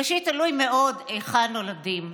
ראשית, תלוי מאוד היכן נולדים.